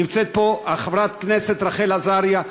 נמצאת פה חברת כנסת רחל עזריה,